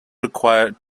required